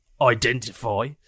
identify